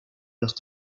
los